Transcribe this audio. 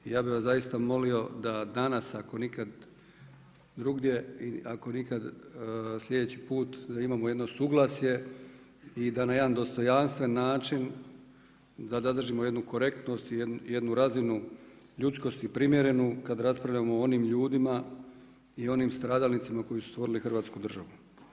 I ja bih vas zaista molio da danas ako nikad drugdje i ako nikad sljedeći put da imamo jedno suglasje i da na jedan dostojanstven način da zadržimo jednu korektnost i jednu razinu ljudskosti primjerenu kada raspravljamo o onim ljudima i onim stradalnicima koji su stvorili Hrvatsku državu.